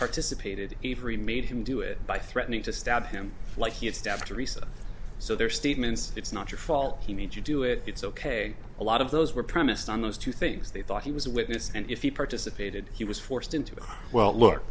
participated every made him do it by threatening to stab him like he had staff to resign so their statements it's not your fault he made you do it it's ok a lot of those were premised on those two things they thought he was a witness and if he participated he was forced into well look